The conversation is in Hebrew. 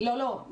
לא, לא.